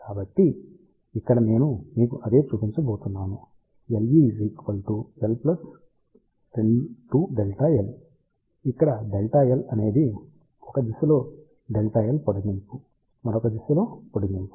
కాబట్టి ఇక్కడ నేను మీకు అదే చూపించబోతున్నాను LeL2∆ L ఇక్కడ ∆ L అనేది 1 దిశలో ∆ L పొడిగింపు మరొక దిశలో పొడిగింపు